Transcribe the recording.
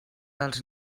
dels